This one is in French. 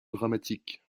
dramatique